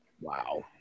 Wow